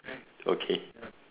okay